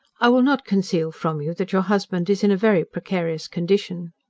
i will not conceal from you that your husband is in a very precarious condition.